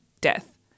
death